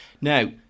Now